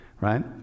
right